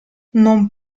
non